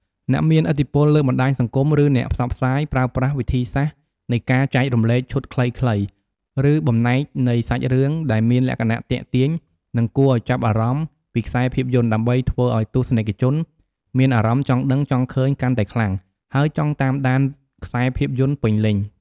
អ្នកមានឥទ្ធិពលលើបណ្ដាញសង្គម ឬអ្នកផ្សព្វផ្សាយ ប្រើប្រាស់វិធីសាស្រ្តនៃការចែករំលែកឈុតខ្លីៗ ឬបំណែកនៃសាច់រឿងដែលមានលក្ខណៈទាក់ទាញ និងគួរឱ្យចាប់អារម្មណ៍ពីខ្សែភាពយន្ត ដើម្បីធ្វើឱ្យទស្សនិកជនមានអារម្មណ៍ចង់ដឹងចង់ឃើញកាន់តែខ្លាំង ហើយចង់តាមដានខ្សែភាពយន្តពេញលេញ។